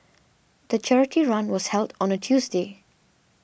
the charity run was held on a Tuesday